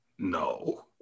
No